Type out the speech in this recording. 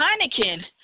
Heineken